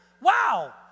Wow